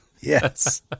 yes